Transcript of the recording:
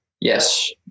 Yes